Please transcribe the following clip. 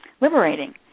liberating